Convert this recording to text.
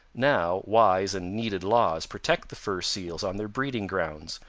now wise and needed laws protect the fur seals on their breeding grounds,